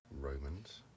Romans